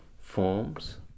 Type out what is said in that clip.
forms